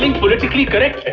politically correct.